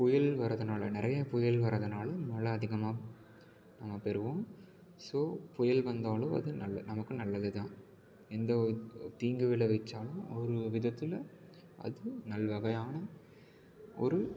புயல் வரதுனால் நிறைய புயல் வரதுனால் மழை அதிகமாக நம்ம பெறுவோம் ஸோ புயல் வந்தாலும் அது நல்ல நமக்கு நல்லது தான் எந்த ஒரு தீங்கு விளைவித்தாலும் ஒரு விதத்தில் அது நல் வகையான ஒரு